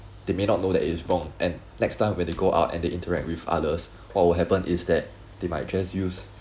they may not know that it's wrong and next time when they go out and they interact with others or what happens is that they might just use